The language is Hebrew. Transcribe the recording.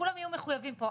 כולם יהיו מחוייבים פה,